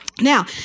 Now